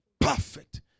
perfect